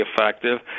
effective